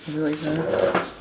how do I start